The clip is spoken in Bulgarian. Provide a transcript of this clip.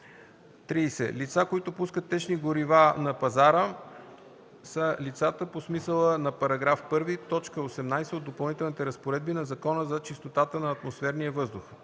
30. „Лица, които пускат течни горива на пазара” са лицата по смисъла на § 1, т. 18 от допълнителните разпоредби на Закона за чистотата на атмосферния въздух.